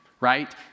right